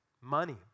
Money